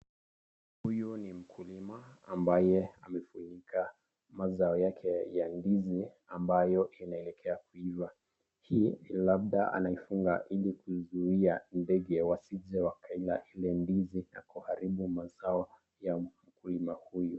Huyu ni mkulima ambaye amefunika mazao yake ya ndizi ambayo inaelekea kuiva. Hii labda anaifunga ili kuzuia ndege wasije wakaila ile ndizi na kuharibu mazao ya mkulima huyu.